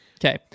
Okay